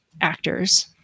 actors